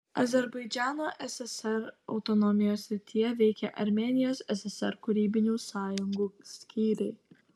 azerbaidžano ssr autonomijos srityje veikė armėnijos ssr kūrybinių sąjungų skyriai